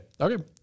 Okay